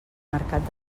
mercat